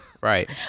Right